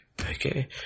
Okay